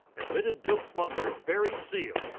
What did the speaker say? admitted dope smuggler barry seal.